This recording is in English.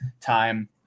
time